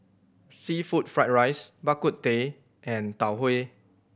seafood fried rice Bak Kut Teh and Tau Huay